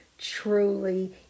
Truly